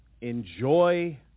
enjoy